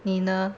你呢